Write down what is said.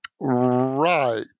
Right